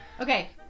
Okay